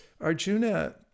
Arjuna